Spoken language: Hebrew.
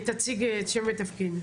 תציג שם ותפקיד.